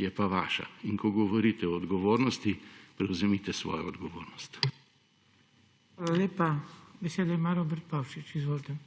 je pa vaša. In ko govorite o odgovornosti, prevzemite svojo odgovornost. **PODPREDSEDNIK BRANKO